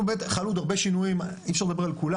חלו עוד הרבה שינויים אי אפשר לדבר על כולם